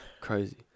Crazy